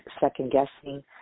second-guessing